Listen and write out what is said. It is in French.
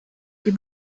est